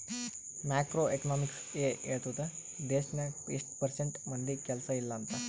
macro economics ಎ ಹೇಳ್ತುದ್ ದೇಶ್ನಾಗ್ ಎಸ್ಟ್ ಪರ್ಸೆಂಟ್ ಮಂದಿಗ್ ಕೆಲ್ಸಾ ಇಲ್ಲ ಅಂತ